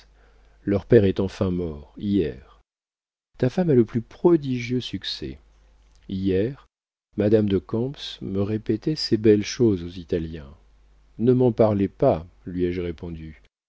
leur père est enfin mort hier ta femme a le plus prodigieux succès hier madame de camps me répétait ces belles choses aux italiens ne m'en parlez pas lui ai-je répondu